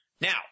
Now